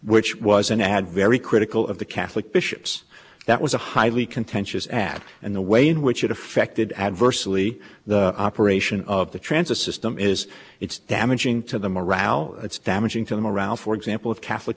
which was an ad very critical of the catholic bishops that was a highly contentious ad and the way in which it affected adversely the operation of the transit system is it's damaging to the morale it's damaging to the morale for example of catholic